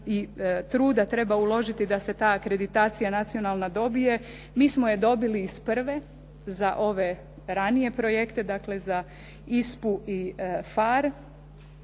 i truda treba uložiti da se ta akreditacija nacionalna dobije. Mi smo je dobili iz prve za ove ranije projekte, dakle za ISPA-u